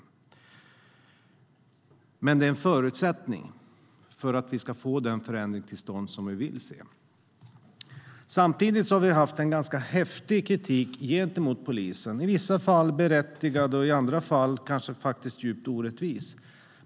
Men reformen är en förutsättning för att vi ska få den förändring till stånd som vi vill se. Samtidigt har polisen fått ganska häftig kritik - i vissa fall berättigad, i andra fall faktiskt djupt orättvis.